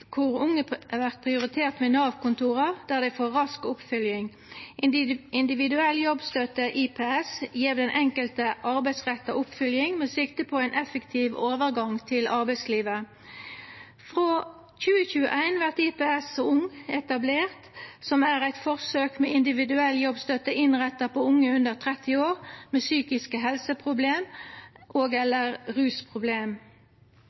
kor unge vert prioritert ved Nav-kontora, der dei får rask oppfølging. Individuell jobbstøtte, IPS, gjev den enkelte arbeidsretta oppfølging med sikte på ein effektiv overgang til arbeidslivet. Frå 2021 vert IPS-ung etablert, som er eit forsøk med individuell jobbstøtte innretta på unge under 30 år med psykiske helseproblem